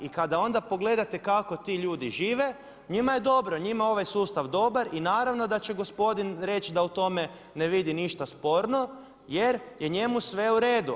I kada onda pogledate kako ti ljudi žive njima je dobro, njima je ovaj sustav dobar i naravno da će gospodin reći da u tome ne vidi ništa sporno jer je njemu sve u redu.